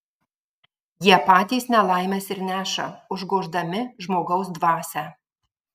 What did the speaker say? jie patys nelaimes ir neša užgoždami žmogaus dvasią